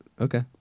Okay